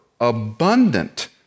abundant